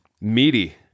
meaty